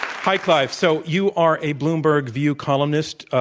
hi, clive, so you are a bloomberg view columnist.